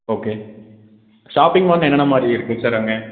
okay shopping mall என்னென்ன மாதிரி இருக்குது சார் அங்கே